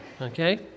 okay